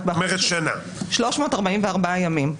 344 ימים.